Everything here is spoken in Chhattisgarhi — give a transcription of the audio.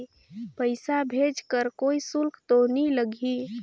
पइसा भेज कर कोई शुल्क तो नी लगही?